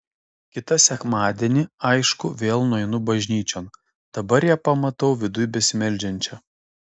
kitą sekmadienį aišku vėl nueinu bažnyčion dabar ją pamatau viduj besimeldžiančią